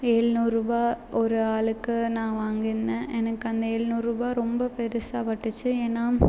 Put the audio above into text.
எழுநூறுபா ஒரு ஆளுக்கு நான் வாங்கியிருந்தேன் எனக்கு அந்த எழுநூறுபா ரொம்ப பெருசாக பட்டுச்சி ஏன்னா